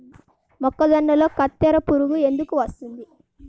మొక్కజొన్నలో కత్తెర పురుగు ఎందుకు వస్తుంది?